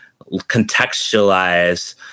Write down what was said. contextualize